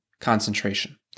concentration